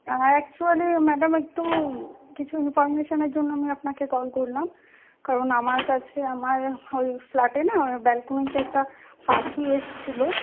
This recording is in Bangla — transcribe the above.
আমার অ্যাকচুয়ালি ম্যাডাম একটু কিছু ইনফরমেশনের জন্য আমি আপনাকে কল করলাম কারণ আমার কাছে আমার ওই ফ্ল্যাটে না ব্যালকনিতে একটা পাখি এসেছিল